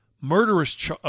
murderous